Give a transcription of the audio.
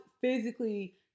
physically